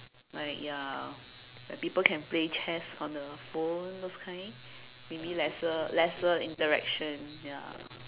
like ya people can play chess on the phone those kind maybe lesser lesser interaction ya